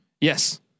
Yes